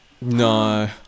No